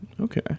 Okay